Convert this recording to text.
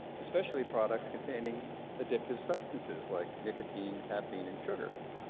especially products containing addictive substances like nicotine, caffeine, and sugar.